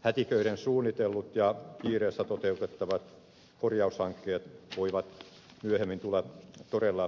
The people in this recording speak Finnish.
hätiköiden suunnitellut ja kiireessä toteutettavat korjaushankkeet voivat myöhemmin tulla todella kalliiksi